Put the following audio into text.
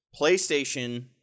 PlayStation